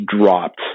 dropped